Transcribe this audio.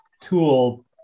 tool